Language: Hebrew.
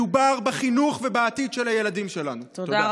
מדובר בחינוך ובעתיד של הילדים שלנו, תודה.